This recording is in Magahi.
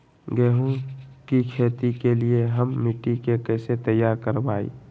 गेंहू की खेती के लिए हम मिट्टी के कैसे तैयार करवाई?